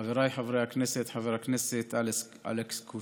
חבריי חברי הכנסת, חבר הכנסת אלכס קושניר,